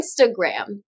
Instagram